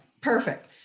perfect